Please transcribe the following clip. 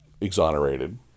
exonerated